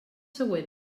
següent